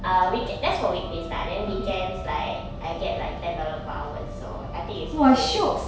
uh weeke~ that's for weekdays lah then weekends like I get like ten dollar per hour so I think it's okay